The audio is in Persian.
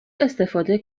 استفاده